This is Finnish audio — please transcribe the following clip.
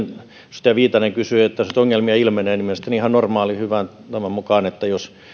edustaja viitanen kysyi että mitä jos nyt ongelmia ilmenee mielestäni ihan normaalin hyvän tavan mukaan jos